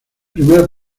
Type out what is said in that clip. primera